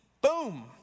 boom